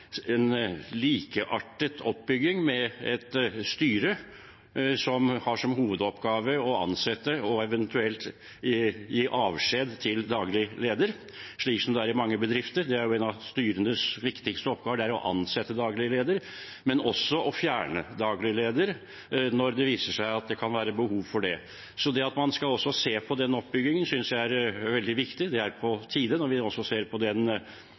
likeartet oppbygging med et styre som har som hovedoppgave å ansette og eventuelt avskjedige daglig leder, slik det er i mange bedrifter. En av styrenes viktigste oppgaver der er å ansette daglig leder, men også å fjerne daglig leder når det viser seg å være behov for det. Det at man også kan se på den oppbyggingen, synes jeg er veldig viktig og på tide når vi ser den smule uro som har vært i Riksrevisjonen. Jeg forstår på